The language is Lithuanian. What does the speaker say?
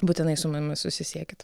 būtinai su mumis susisiekit